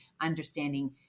understanding